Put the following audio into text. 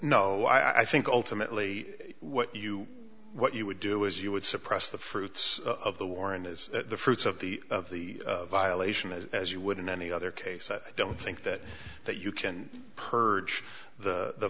no i think ultimately what you what you would do is you would suppress the fruits of the warren is the fruits of the of the violation is as you would in any other case i don't think that that you can purge the